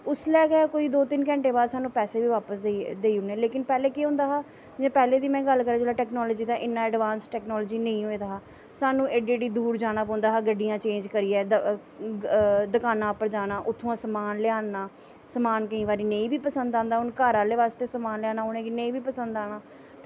उसलै गै कोई दी तिन्न घैंटे बाद सानूं पैसे बी देई ओड़नें लेकिन पैह्लैं केह् होंदा हा जि'यां पैह्लैं दिनें दी गल्ल करांऽ इन्ना अड़बांस टैकनॉलजी नेईं होऐ दा हा सानूं एह्डे एह्डे दूर जाना पौंदा हा गड्डियां चेंज़ करियै दकानां पर जाना उत्थुआं दा समान लेई आना समान हून केईं बारी नेईं बी पसंद आंदा हून घर आह्लें आस्तै समान लैना उ'नें गी नेईं बी पसंद आना